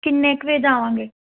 ਕਿੰਨੇ ਕੁ ਵਜੇ ਜਾਵਾਂਗੇ